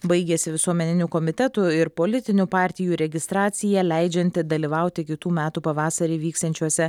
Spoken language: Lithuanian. baigėsi visuomeninių komitetų ir politinių partijų registracija leidžianti dalyvauti kitų metų pavasarį vyksiančiuose